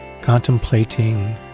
contemplating